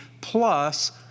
plus